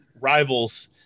rivals